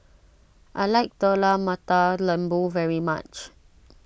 I like Telur Mata Lembu very much